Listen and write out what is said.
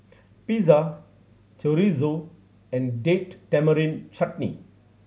Pizza Chorizo and Date Tamarind Chutney